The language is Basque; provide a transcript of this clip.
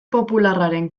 popularraren